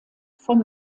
von